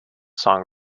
song